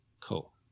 Cool